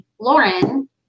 Lauren